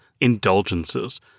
indulgences